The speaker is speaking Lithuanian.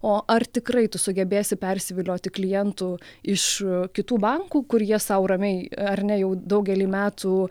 o ar tikrai tu sugebėsi persivilioti klientų iš kitų bankų kur jie sau ramiai ar ne jau daugelį metų